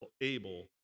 able